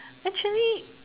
actually